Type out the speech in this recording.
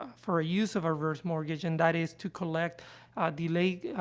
ah for a use of a reverse mortgage, and that is to collect ah, delay, ah,